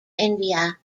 india